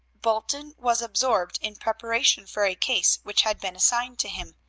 bolton was absorbed in preparation for a case which had been assigned to him,